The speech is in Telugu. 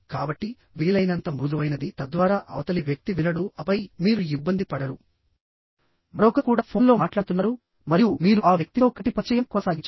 కాబట్టి వీలైనంత మృదువైనది తద్వారా అవతలి వ్యక్తి వినడు ఆపై మీరు ఇబ్బంది పడరు మరొకరు కూడా ఫోన్లో మాట్లాడుతున్నారు మరియు మీరు ఆ వ్యక్తితో కంటి పరిచయం కొనసాగించాలి